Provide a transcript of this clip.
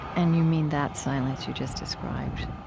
and you mean that silence you just described,